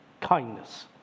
kindness